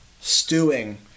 stewing